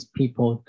people